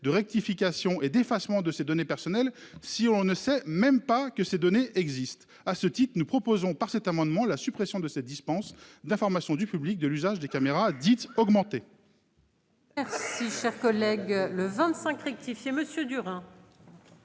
de rectification et d'effacement de ses données personnelles. Si on ne sait même pas que ces données existent à ce titre, nous proposons par cet amendement la suppression de cette dispense d'information du public de l'usage des caméras dites augmenter.